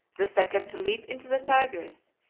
the second to leap into the tigris,